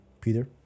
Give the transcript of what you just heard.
Peter